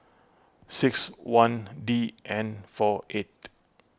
six one D N four eight